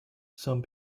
some